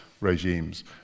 regimes